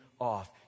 off